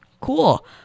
Cool